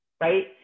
right